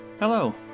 Hello